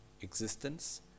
existence